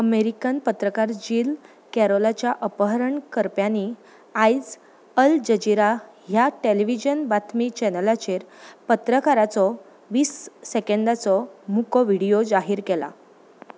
American पत्रकार Jill कॅरोलाच्या अपहरण करप्यांनी आयज अल जजीरा ह्या टेलिविजन बातमी चॅनलाचेर पत्रकाराचो वीस सेकंदांचो मुको व्हिडियो जाहीर केला